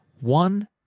One